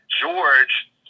George